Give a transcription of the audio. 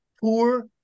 poor